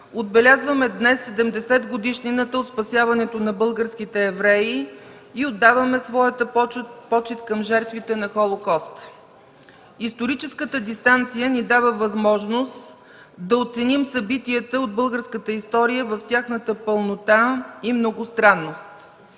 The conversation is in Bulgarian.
отбелязваме днес 70-годишнината от спасяването на българските евреи и отдаваме своята почит към жертвите на Холокоста. Историческата дистанция ни дава възможност да оценим събитията от българската история в тяхната пълнота и многостранност.